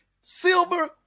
silver